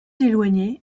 éloignée